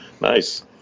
Nice